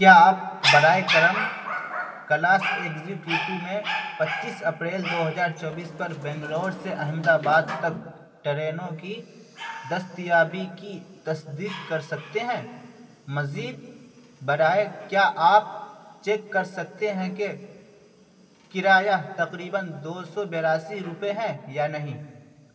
کیا آپ برائے کرم کلاس ایگزیکیٹو میں پچیس اپریل دو ہزار چوبیس پر بنگلور سے احمدآباد تک ٹرینوں کی دستیابی کی تصدیق کر سکتے ہیں مزید برائے کیا آپ چیک کر سکتے ہیں کہ کرایہ تقریباً دو سو بیاسی روپے ہیں یا نہیں